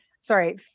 sorry